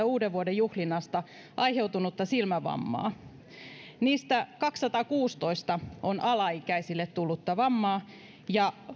uudenvuoden juhlinnasta aiheutunutta silmävammaa niistä kaksisataakuusitoista on alaikäisille tullutta vammaa ja